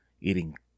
eating